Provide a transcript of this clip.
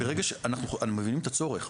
אנחנו מבינים את הצורך,